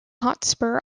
hotspur